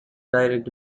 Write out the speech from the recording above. direct